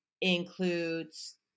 includes